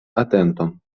atenton